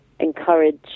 Encourage